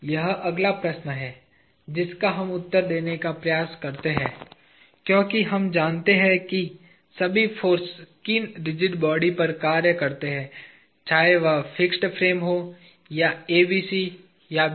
यह अगला प्रश्न है जिसका हम उत्तर देने का प्रयास कर सकते हैं क्योंकि हम जानते हैं कि सभी फाॅर्स किन रिजिड बॉडी पर कार्य करते हैं चाहे वह फिक्स्ड फ्रेम हो या ABC या BD